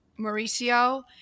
Mauricio